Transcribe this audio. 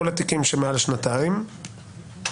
כל התיקים שמעל שנתיים בפרקליטות,